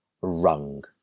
rung